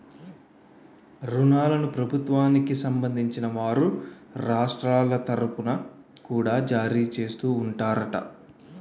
ఋణాలను ప్రభుత్వానికి సంబంధించిన వారు రాష్ట్రాల తరుపున కూడా జారీ చేస్తూ ఉంటారట